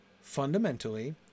fundamentally